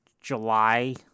July